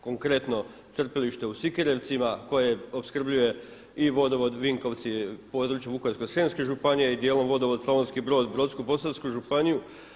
Konkretno crpiliše u Sikirevcima koje opskrbljuje i vodovod Vinkovci, područja Vukovarsko-srijemske županije i dijelom vodovod Slavonski Brod, Brodsko-posavsku županiju.